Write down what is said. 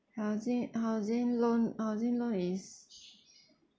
housing housing loan housing loan is